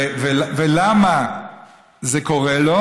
ולמה זה קורה לו?